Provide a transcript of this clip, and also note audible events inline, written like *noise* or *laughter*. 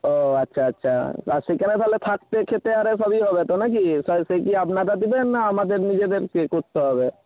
ও আচ্ছা আচ্ছা আর সেইখানে তাহলে থাকতে খেতে আরে সবই হবে তো না কি *unintelligible* সে কি আপনারা দেবেন না আমাদের নিজেদের পে করতে হবে